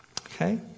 Okay